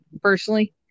personally